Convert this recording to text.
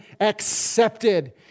accepted